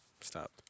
Stop